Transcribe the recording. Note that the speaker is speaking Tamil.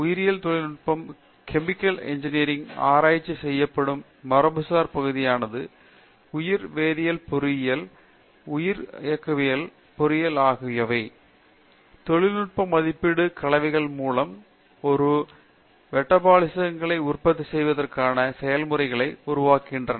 உயிரியல் தொழில்நுட்பத்தில் கெமிக்கல் இன்ஜினியரில் ஆராய்ச்சி செய்யப்படும் மரபுசார் பகுதியானது உயிர் வேதியியல் பொறியியல் உயிரியக்கவியல் பொறியியல் ஆகியவை தொழில் நுட்ப மதிப்பீட்டு கலவைகள் மூலம் சில மெட்டபாலிச்களை உற்பத்தி செய்வதற்கான செயல்முறைகளை உருவாக்குகின்றன